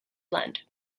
blend